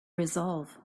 resolve